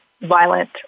violent